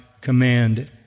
command